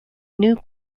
new